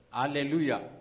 Hallelujah